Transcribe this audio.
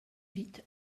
vite